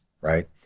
right